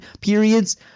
periods